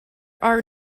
are